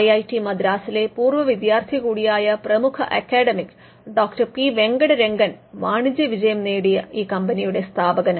I I T മദ്രാസിലെ പൂർവ്വ വിദ്യാർത്ഥി കൂടിയായ പ്രമുഖ അക്കാദമിക്ക് ഡോ പി വെങ്കട് രംഗനാണ് വാണിജ്യ വിജയം നേടിയ ഈ കമ്പനിയുടെ സ്ഥാപകൻ